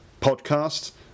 podcast